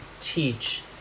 teach